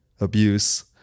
abuse